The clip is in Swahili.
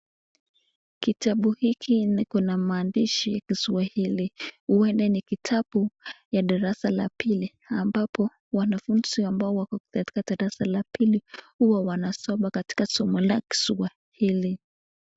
Kitabu hiki ikona mandishi ya kiswahili, uenda ni kitabu ya darasa la pili, ambapo wanafunzi ambao wako katika darasa la pili huwa wanasoma katika somo la kiswahili.